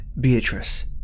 Beatrice